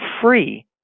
free